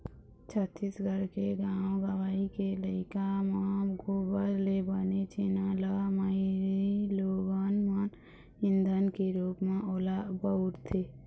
छत्तीसगढ़ के गाँव गंवई के इलाका म गोबर ले बने छेना ल माइलोगन मन ईधन के रुप म ओला बउरथे